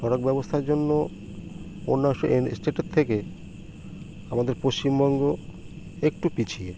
সড়ক ব্যবস্থার জন্য অন্য স্টেটের থেকে আমাদের পশ্চিমবঙ্গ একটু পিছিয়ে